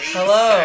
Hello